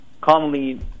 commonly